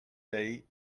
day